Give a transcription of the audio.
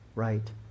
right